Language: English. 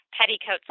petticoats